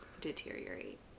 Deteriorate